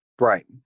Right